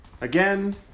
again